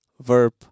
verb